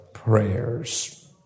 Prayers